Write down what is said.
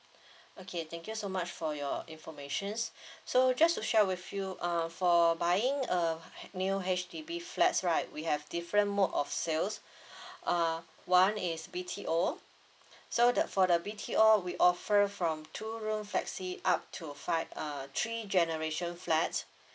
okay thank you so much for your informations so just to share with you uh for buying a new H_D_B flats right we have different mode of sales uh one is B_T_O so the for the B_T_O we offer from two room flexi up to five uh three generation flats